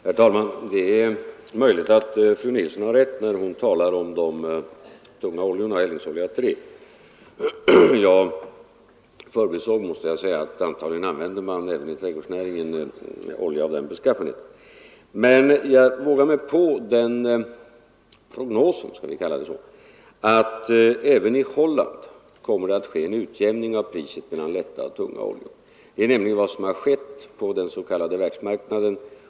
Herr talman! Det är möjligt att fru Nilsson i Kristianstad har rätt när hon talar om de tunga oljorna och eldningsolja 3. Jag förbisåg att man antagligen även i trädgårdsnäringen använder olja av den beskaffenheten. Men jag vågar mig på den prognosen — skall vi kalla det så — att även i Holland kommer det att ske en utjämning av priset mellan lätta och tunga oljor. Det är nämligen vad som har skett på den s.k. världsmarknaden.